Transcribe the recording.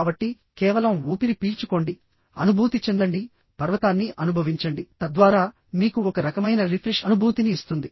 కాబట్టి కేవలం ఊపిరి పీల్చుకోండి అనుభూతి చెందండి పర్వతాన్ని అనుభవించండి తద్వారా మీకు ఒక రకమైన రిఫ్రెష్ అనుభూతిని ఇస్తుంది